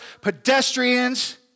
pedestrians